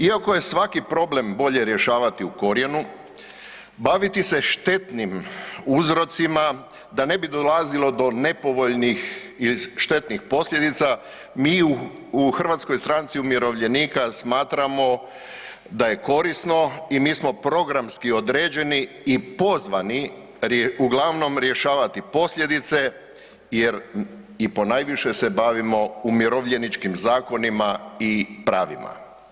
Iako je svaki problem bolje rješavati u korijenu, baviti se štetnim uzrocima da ne bi dolazilo do nepovoljnih štetnih posljedica, mi u HSU smatramo da je korisno i mi smo programski određeni i pozvani uglavnom rješavati posljedice jer i ponajviše se bavimo umirovljeničkim zakonima i pravima.